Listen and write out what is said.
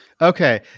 okay